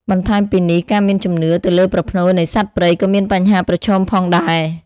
បន្ថែមពីនេះ ការមានជំនឿទៅលើប្រផ្នូលនៃសត្វព្រៃក៏មានបញ្ហាប្រឈមផងដែរ។